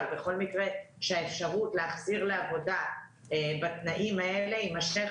אבל בכל מקרה שהאפשרות להחזיר לעבודה בתנאים האלה יימשך